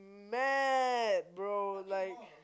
mad bro like